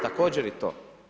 Također i to.